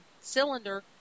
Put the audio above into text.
cylinder